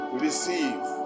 receive